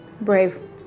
Brave